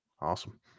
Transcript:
Awesome